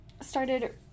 started